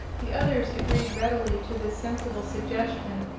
the others agreed readily to this sensible suggestion,